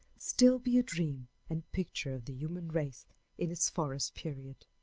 still be a dream and picture of the human race in its forest period.